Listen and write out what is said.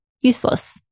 useless